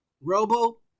Robo